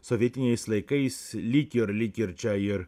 sovietiniais laikais lyg ir lyg ir čia ir